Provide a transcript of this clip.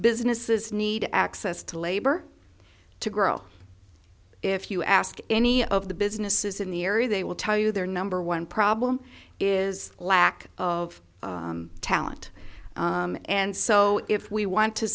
businesses need access to labor to grow if you ask any of the businesses in the area they will tell you their number one problem is lack of talent and so if we want to